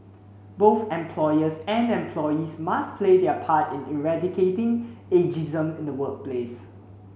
both employers and employees must play their part in eradicating ageism in the workplace